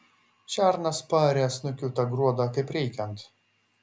šernas paarė snukiu tą gruodą kaip reikiant